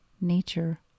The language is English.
nature